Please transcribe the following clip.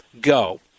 go